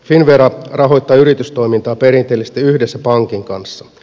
finnvera rahoittaa yritystoimintaa perinteellisesti yhdessä pankin kanssa